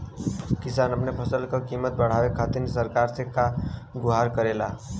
किसान अपने फसल क कीमत बढ़ावे खातिर सरकार से का गुहार करेला?